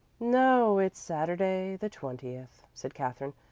no, it's saturday, the twentieth, said katherine.